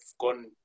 gone